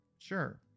Sure